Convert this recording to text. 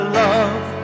love